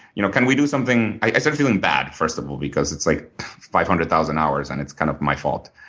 you know can we do something? i started so feeling bad first of all because it's like five hundred thousand hours and it's kind of my fault.